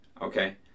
Okay